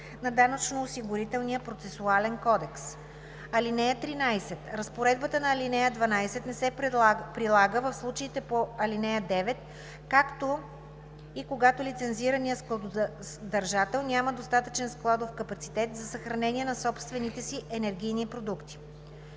на Данъчно-осигурителния процесуален кодекс. (13) Разпоредбата на ал. 12 не се прилага в случаите по ал. 9, както и когато лицензираният складодържател няма достатъчен складов капацитет за съхранение на собствените си енергийни продукти.